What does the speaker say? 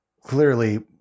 clearly